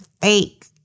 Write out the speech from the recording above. fake